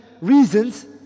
reasons